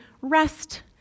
rest